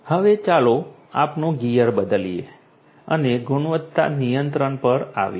હવે ચાલો આપણું ગિયર બદલીએ અને ગુણવત્તા નિયંત્રણ પર આવીએ